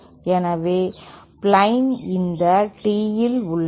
எனவே பிளேன் இந்த Tee இல் உள்ளது